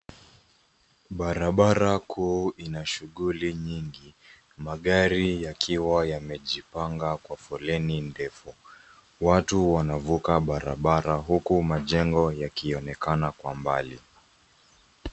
Barabara kuu ina shughuli nyingi, magari yakiwa yamejipanga kwa foleni ndefu. Watu wanavuka barabara huku majengo yakionekana kwa mbali.